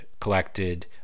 collected